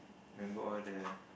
remember all the